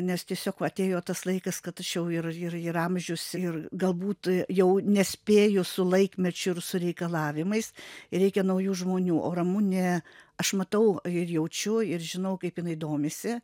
nes tiesiog atėjo tas laikas kad aš jau ir ir ir amžius ir galbūt jau nespėju su laikmečiu ir su reikalavimais reikia naujų žmonių o ramunė aš matau jaučiu ir žinau kaip jinai domisi